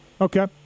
Okay